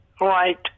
right